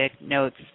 Notes